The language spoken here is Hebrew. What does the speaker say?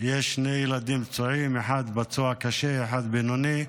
ויש שני ילדים פצועים, אחד פצוע קשה, אחד בינוני,